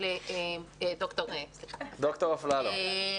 שאלה לדוקטור אפללו.